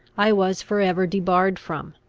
i was for ever debarred from,